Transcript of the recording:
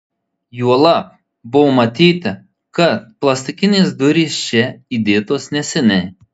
juolab buvo matyti kad plastikinės durys čia įdėtos neseniai